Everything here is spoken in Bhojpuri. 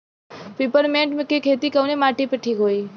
पिपरमेंट के खेती कवने माटी पे ठीक होई?